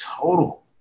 total